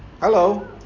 Hello